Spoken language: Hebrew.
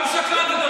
גם שקרן וגם טיפש.